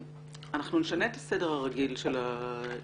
אנחנו נשנה את הסדר הרגיל של הדוברים,